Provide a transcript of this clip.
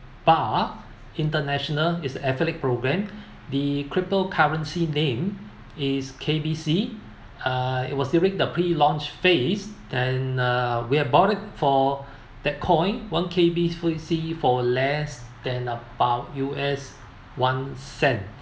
bar international is metallic programme the cryptocurrency name is K_B_C uh it was during the pre launch phase and uh we have bought it for that coin one K_B_C for less than about U_S one cent